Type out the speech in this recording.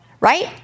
Right